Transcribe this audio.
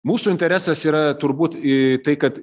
mūsų interesas yra turbūt į tai kad